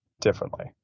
differently